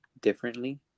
differently